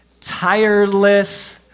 tireless